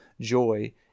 joy